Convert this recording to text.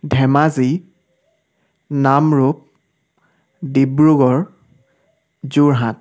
Dhemaji Namrup Dibrugarh Jorhat